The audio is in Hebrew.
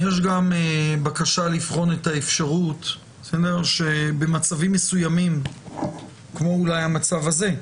יש גם בקשה לבחון את האפשרות שבמצבים מסוימים כמו אולי במצב הזה,